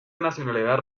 nacionalidad